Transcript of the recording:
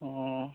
অঁ